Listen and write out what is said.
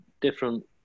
different